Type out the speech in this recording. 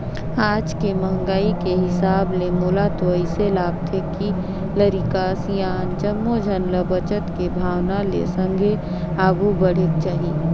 आज के महंगाई के हिसाब ले मोला तो अइसे लागथे के लरिका, सियान जम्मो झन ल बचत के भावना ले संघे आघु बढ़ेक चाही